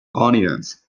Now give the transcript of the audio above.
onions